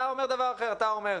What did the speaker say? אתה אומר דבר אחר, אתה אומר: